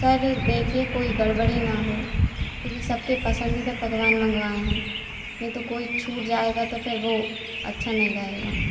sir देखिए कोई गड़बड़ी न हो क्योंकि सबके पसंदीदा पकवान मंगवाए हैं नहीं तो कोई छुट जाएगा तो फिर वो अच्छा नहीं रहेगा